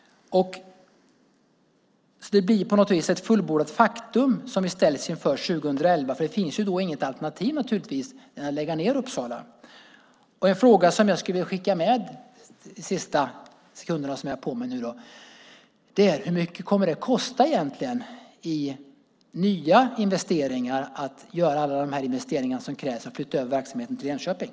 Det blir på något vis ett fullbordat faktum som vi ställs inför 2011. Det finns ju då naturligtvis inget alternativ till att lägga ned Uppsala. Under de sista sekunderna som jag nu har på mig skulle jag vilja skicka med en fråga: Hur mycket kommer det att kosta att göra alla de nya investeringar som krävs för att flytta över verksamheten till Enköping?